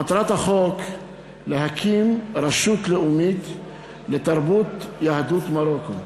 מטרת החוק להקים רשות לאומית לתרבות יהדות מרוקו,